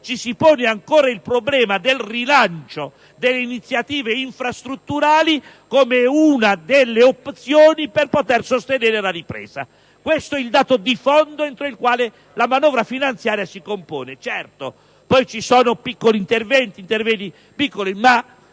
ci si pone ancora il problema del rilancio delle iniziative infrastrutturali come una delle opzioni per poter sostenere la ripresa. Questo è il dato di fondo entro il quale la manovra finanziaria si inscrive. Certo, ci sono poi piccoli interventi, che io non